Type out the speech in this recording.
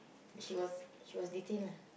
she was she was detain lah